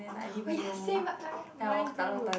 oh yes same i mine too